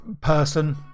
person